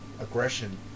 aggression